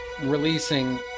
releasing